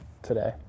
today